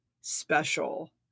special